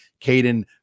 Caden